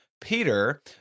Peter